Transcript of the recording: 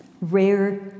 rare